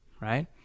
right